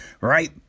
right